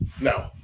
No